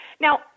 now